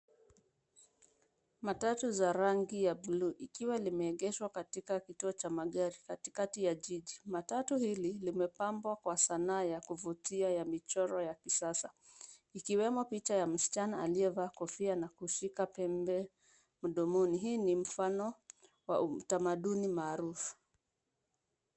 Matatu za rangi ya buluu ikiwa limeegeshwa katika kituo cha magari kati kati ya jiji amatatu hili limepambwa kwa sanaa ya kuvutia ya michoro ya kisasa ikiwemo picha ya msichana aliyevaa kofia na kushika pembe mdomoni hii ni mfano wa utamaduni maarufu.